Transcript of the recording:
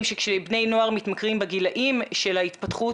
שכשבני נוער מתמכרים בגילאים של ההתפתחות,